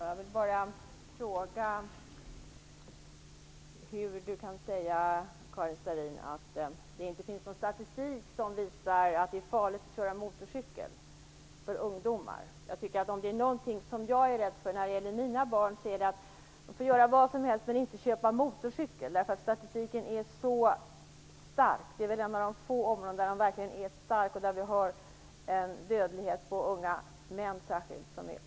Herr talman! Jag vill bara fråga hur Karin Starrin kan säga att det inte finns någon statistik som visar att det är farligt för ungdomar att köra motorcykel. Om det är någonting som jag är rädd för när det gäller mina barn så är det detta. De får göra vad som helst, bara de inte köper en motorcykel. Statistiken är helt entydig. Det är ett av de få områden där statistiken så tydligt visar en oerhört hög dödlighet särskilt för unga män.